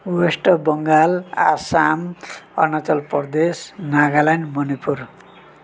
West Bengal Assam Arunachal Pradesh Nagaland Manipur